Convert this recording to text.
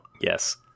Yes